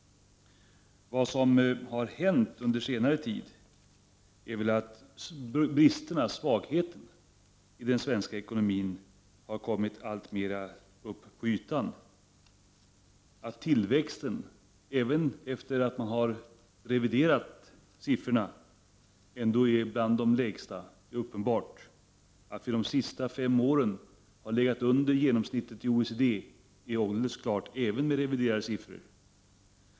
Vad som har hänt under senare tid är väl att svagheterna i den svenska ekonomin alltmer kommit i dagen. Att tillväxten, även efter det att man reviderat siffrorna, är bland de lägsta är uppenbart. Att vi de senaste fem åren legat under genomsnittet i OECD är alldeles klart, även med reviderade siffror.